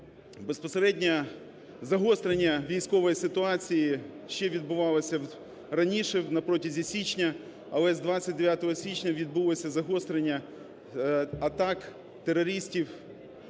Безпосередньо загострення військової ситуації ще відбувалося раніше, на протязі січня, але з 29 січня відбулося загострення атак терористів,